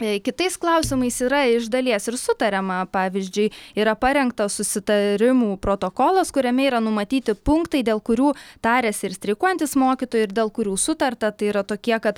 kitais klausimais yra iš dalies ir sutariama pavyzdžiui yra parengtas susitarimų protokolas kuriame yra numatyti punktai dėl kurių tariasi ir streikuojantys mokytojai ir dėl kurių sutarta tai yra tokie kad